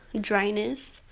dryness